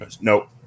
nope